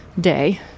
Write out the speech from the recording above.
day